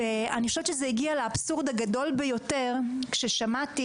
אני חושבת שזה הגיע לאבסורד הגדול ביותר כששמעתי